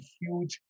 huge